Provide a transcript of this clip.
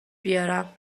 بیارم